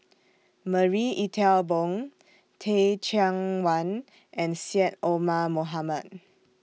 Marie Ethel Bong Teh Cheang Wan and Syed Omar Mohamed